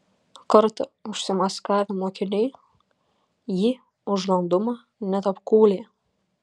kartą užsimaskavę mokiniai jį už landumą net apkūlę